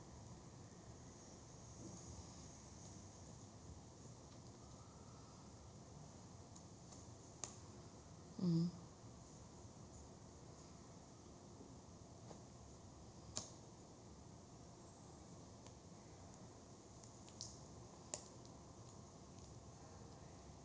mm